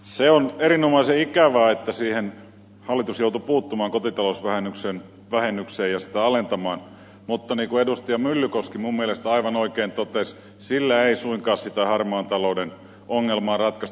se on erinomaisen ikävää että hallitus joutui puuttumaan kotitalousvähennykseen ja sitä alentamaan mutta niin kuin edustaja myllykoski minun mielestäni aivan oikein totesi sillä ei suinkaan sitä harmaan talouden ongelmaa ratkaista